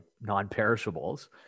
non-perishables